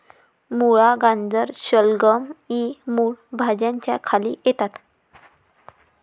मुळा, गाजर, शलगम इ मूळ भाज्यांच्या खाली येतात